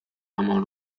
همان